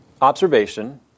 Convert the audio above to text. observation